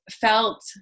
felt